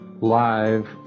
live